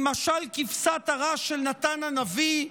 ממשל כבשת הרש של נתן הנביא,